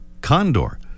condor